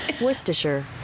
Worcestershire